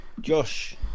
Josh